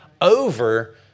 over